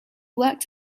worked